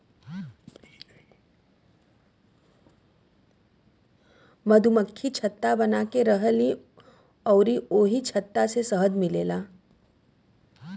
मधुमक्खि छत्ता बनाके रहेलीन अउरी ओही छत्ता से शहद मिलेला